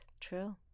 True